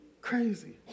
crazy